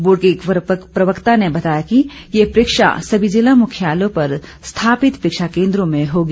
board के एक प्रवक्ता ने बताया कि ये परीक्षा सभी जिला मुख्यालयों पर स्थापित परीक्षा केंद्रों में होगी